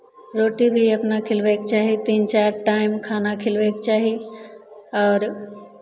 रोटी भी अपना खिलबैके चाही तीन चारि टाइम खाना खिलबैके चाही आओर